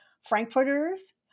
frankfurters